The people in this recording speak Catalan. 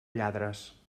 lladres